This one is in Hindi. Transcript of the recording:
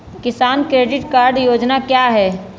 किसान क्रेडिट कार्ड योजना क्या है?